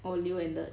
orh leo ended